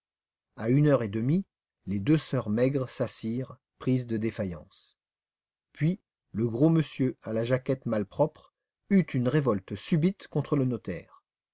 à une heure et demie les deux sœurs maigres s'assirent prises de défaillance puis le gros monsieur à la jaquette malpropre eut une révolte subite contre le notaire